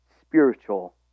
spiritual